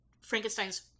Frankenstein's